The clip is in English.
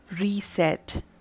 reset